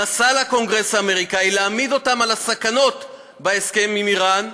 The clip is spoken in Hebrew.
נסע לקונגרס האמריקני להעמיד אותם על הסכנות בהסכם עם איראן,